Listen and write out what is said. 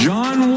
John